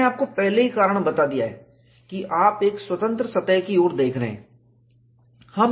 मैंने आपको पहले ही कारण बता दिया है कि आप एक स्वतंत्र सतह की ओर देख रहे हैं